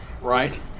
right